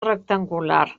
rectangular